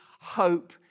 hope